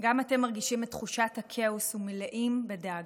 גם אתם מרגישים את תחושת הכאוס ומלאים בדאגה.